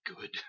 good